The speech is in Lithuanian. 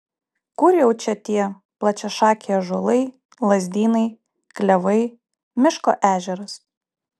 kur jau čia tie plačiašakiai ąžuolai lazdynai klevai miško ežeras